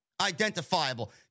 identifiable